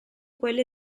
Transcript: quelle